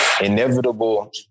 inevitable